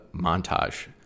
Montage